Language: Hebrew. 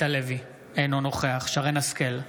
אינו נוכח שרן מרים השכל,